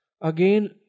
Again